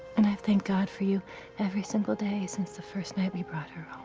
and i thank god for you every single day since the first night we brought her